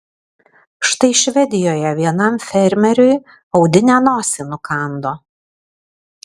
štai švedijoje vienam fermeriui audinė nosį nukando